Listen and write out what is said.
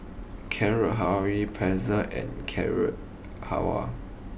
Carrot Halwa Pretzel and Carrot Halwa